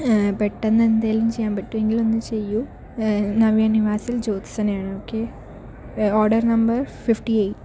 പെട്ടന്ന് എന്തേലും ചെയ്യാൻ പറ്റുവെങ്കിൽ ഒന്ന് ചെയ്യൂ നവ്യാ നിവാസിൽ ജോത്സനയാണ് okay order number fifty eight